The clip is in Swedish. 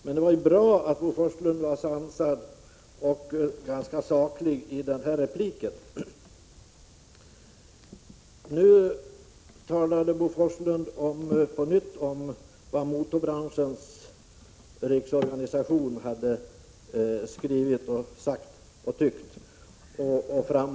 Men det var bra att Bo Forslund var sansad och ganska saklig i den här repliken. Nu talade Bo Forslund på nytt om vad Motorbranschens riksorganisation har sagt och tyckt.